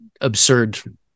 absurd